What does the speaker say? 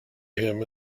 him